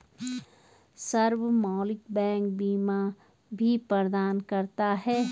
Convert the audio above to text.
सार्वभौमिक बैंक बीमा भी प्रदान करता है